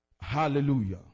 Hallelujah